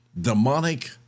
demonic